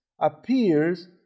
appears